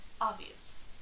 obvious